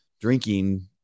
drinking